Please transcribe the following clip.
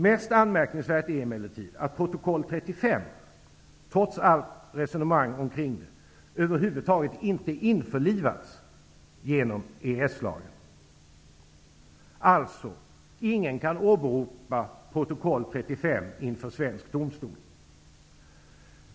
Mest anmärkningsvärt är emellertid att protokoll 35, trots allt resonemang omkring det, över huvud taget inte införlivats genom EES-lagen. Alltså kan ingen åberopa protokoll 35 inför svensk domstol.